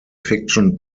fiction